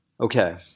Okay